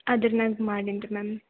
ಅದರ ಮ್ಯಾಲ್ ಮಾಡೀನ್ರಿ ಮ್ಯಾಮ್